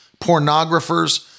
Pornographers